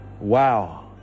wow